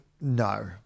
no